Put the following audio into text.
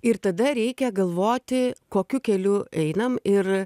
ir tada reikia galvoti kokiu keliu einam ir